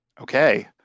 Okay